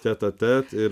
tetatet ir